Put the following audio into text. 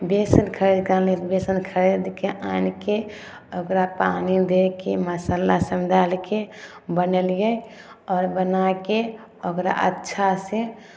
बेसन खरीद कऽ अनलियै तऽ बेसन खरीद कऽ आनि कऽ ओकरा पानि दए कऽ मसालासभ डालि कऽ बनेलियै आओर बना कऽ ओकरा अच्छासँ